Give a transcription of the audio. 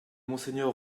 monseigneur